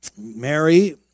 Mary